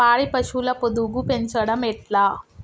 పాడి పశువుల పొదుగు పెంచడం ఎట్లా?